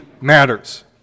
matters